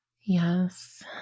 Yes